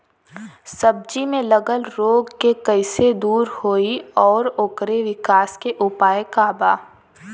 सब्जी में लगल रोग के कइसे दूर होयी और ओकरे विकास के उपाय का बा?